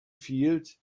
field